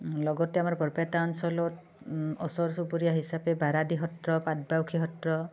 লগতে আমাৰ বৰপেটা অঞ্চলত ওচৰ চুবুৰীয়া হিচাপে বাৰাদি সত্ৰ পাটবাউসী সত্ৰ